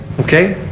okay.